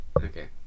okay